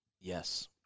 Yes